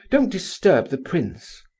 don't disturb the prince.